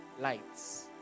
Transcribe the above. lights